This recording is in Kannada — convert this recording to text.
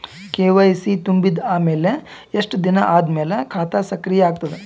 ಕೆ.ವೈ.ಸಿ ತುಂಬಿದ ಅಮೆಲ ಎಷ್ಟ ದಿನ ಆದ ಮೇಲ ಖಾತಾ ಸಕ್ರಿಯ ಅಗತದ?